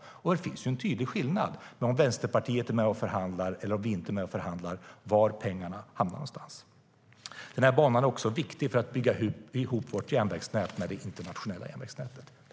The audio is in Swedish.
Det finns en tydlig skillnad mellan när Vänsterpartiet är med och förhandlar och när vi inte är med och förhandlar när det gäller var pengarna hamnar någonstans.